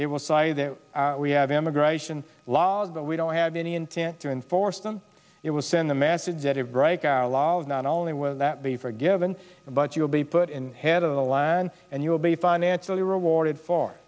it will say that we have immigration laws that we don't have any intent to enforce them it will send a message that it break our law is not only whether that be forgiven but you'll be put in head of the land and you will be financially rewarded for